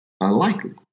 Unlikely